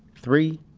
three